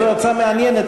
זו הצעה מעניינת,